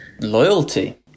Loyalty